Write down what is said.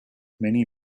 many